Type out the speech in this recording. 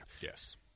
yes